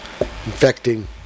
infecting